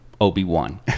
Obi-Wan